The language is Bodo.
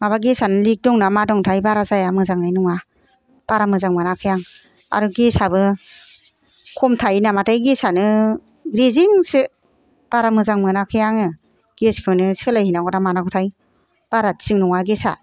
माबा गेसानो लिग दं ना मा दं थाय बारा जाया मोजाङै नङा बारा मोजां मोनाखै आं आर गेसाबो खम थायो नामाथाय गेसानो रेंजेंसो बारा मोजां मोनाखै आङो गेसखौनो सोलायहैनांगौ ना मानांगौथाय बारा थिग नङा गेसा